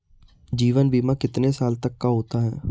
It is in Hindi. जीवन बीमा कितने साल तक का होता है?